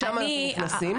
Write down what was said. שם אנחנו נכנסים.